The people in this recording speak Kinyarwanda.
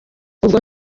ubwo